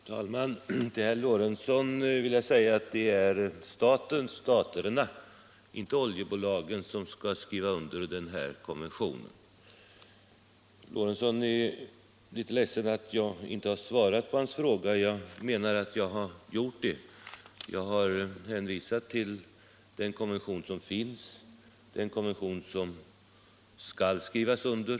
Herr talman! Till herr Lorentzon i Kramfors vill jag säga att det är staten/staterna, inte oljebolagen, som skall skriva under den här konventionen. Herr Lorentzon är litet ledsen över att jag inte har svarat på hans fråga. Jag menar att jag har gjort det. Jag har hänvisat till den konvention som finns och till den konvention som skall skrivas under.